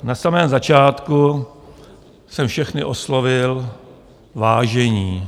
Na samém začátku jsem všechny oslovil Vážení.